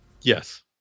Yes